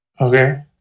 okay